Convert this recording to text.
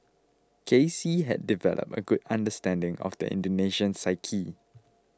K C had developed a good understanding of the Indonesian psyche